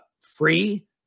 free